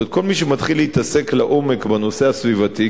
כל מי שמתחיל להתעסק לעומק בנושא הסביבתי,